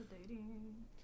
dating